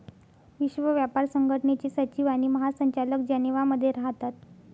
विश्व व्यापार संघटनेचे सचिव आणि महासंचालक जनेवा मध्ये राहतात